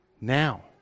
now